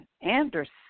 Anderson